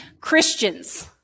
Christians